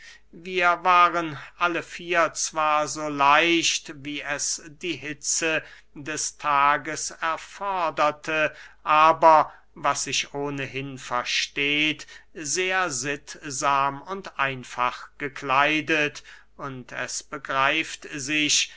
wir waren alle vier zwar so leicht wie es die hitze des tages erforderte aber was sich ohnehin versteht sehr sittsam und einfach gekleidet und es begreift sich